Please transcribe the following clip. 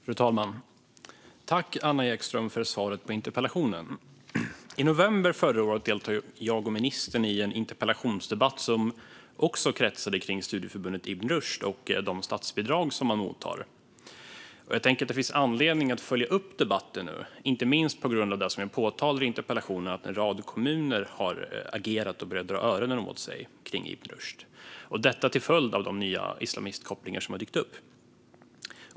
Fru talman! Tack, Anna Ekström, för svaret på interpellationen! I november förra året deltog jag och ministern i en interpellationsdebatt som också kretsade kring studieförbundet Ibn Rushd och de statsbidrag som det mottar. Jag tänker att det finns anledning att följa upp den debatten, inte minst på grund av det som jag påpekar i interpellationen - att en rad kommuner har börjat dra öronen åt sig och agera mot Ibn Rushd. Detta till följd av de nya kopplingar till islamism som dykt upp.